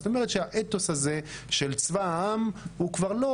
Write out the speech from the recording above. זאת אומרת שהאתוס הזה של צבא העם כבר לא